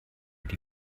die